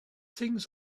things